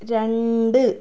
രണ്ട്